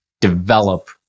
develop